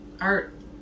art